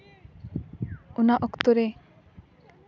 ᱚᱱᱟ ᱚᱠᱛᱚ ᱨᱮ